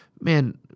man